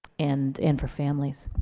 and and for families.